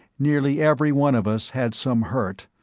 nearly everyone of us had some hurt,